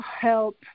help